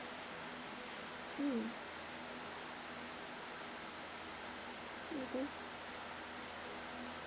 mm mmhmm